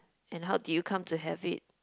and how did you come to have it